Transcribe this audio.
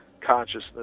consciousness